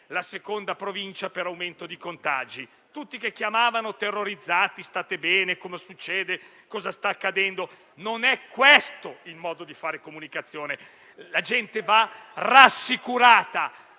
la seconda Provincia per aumento di contagi. Tutti che chiamavano terrorizzati, chiedendo se stavamo bene, cosa succedeva e cosa stava accadendo. Non è questo il modo di fare comunicazione. La gente va rassicurata,